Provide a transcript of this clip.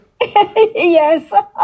Yes